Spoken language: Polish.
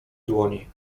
dłoni